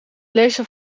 lezen